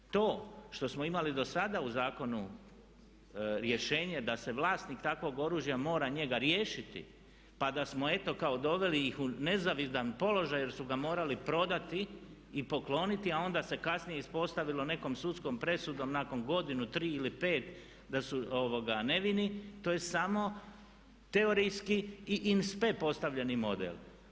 To što smo imali do sada u zakonu rješenje da se vlasnik takvog oružja mora njega riješiti pa da smo eto kako doveli ih u nezavidan položaj jer su ga morali prodati i pokloniti a onda se kasnije ispostavilo nekom sudskom presudom nakon godinu, tri ili pet da su nevini to je samo teorijski i … postavljeni model.